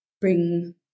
bring